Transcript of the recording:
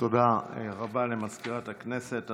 תודה רבה למזכירת הכנסת.